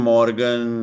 Morgan